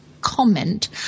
comment